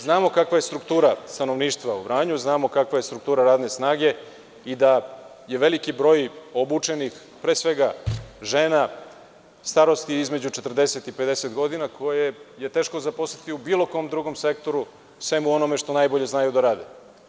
Znamo kakva je struktura stanovništva u Vranju, kakva je struktura radne snage i da je veliki broj obučenih, pre svega, žena starosti između 40 i 50 godina, koje je teško zaposliti u bilo kom drugom sektoru, sem u onome što najbolje znaju da rade.